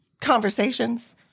conversations